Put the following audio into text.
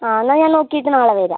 ആ എന്നാൽ ഞാൻ നോക്കിയിട്ട് നാളെ വരാം